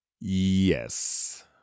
Yes